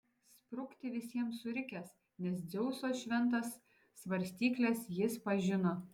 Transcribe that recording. sprukti visiems surikęs nes dzeuso šventas svarstykles jis pažino